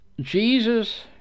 Jesus